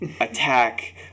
attack